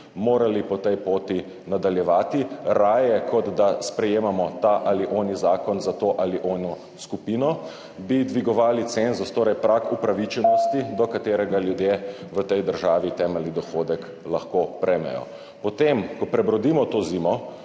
morali po tej poti nadaljevati. Raje, kot da sprejemamo ta ali oni zakon za to ali ono skupino, bi dvigovali cenzus, torej prag upravičenosti, do katerega ljudje v tej državi temeljni dohodek lahko prejmejo. Ko prebrodimo to zimo,